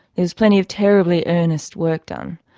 there was plenty of terribly earnest work done,